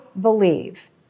believe